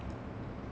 mmhmm